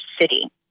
city